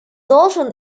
должен